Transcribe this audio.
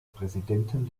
präsidenten